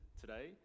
today